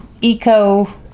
Eco